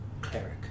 cleric